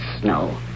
snow